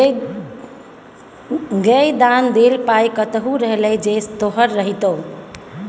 गै दान देल पाय कतहु रहलै जे तोहर रहितौ